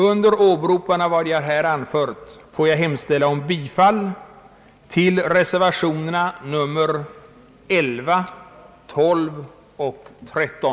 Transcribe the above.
Under åberopande av vad jag här anfört kommer jag senare att hemställa om bifall till reservationerna 11, 12 och 13.